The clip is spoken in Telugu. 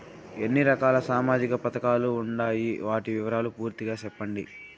ఎన్ని రకాల సామాజిక పథకాలు ఉండాయి? వాటి వివరాలు పూర్తిగా సెప్పండి?